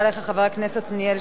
תודה רבה לך, חבר הכנסת עתניאל שנלר.